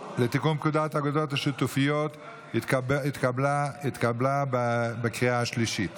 לתיקון פקודת האגודות השיתופיות התקבלה בקריאה השלישית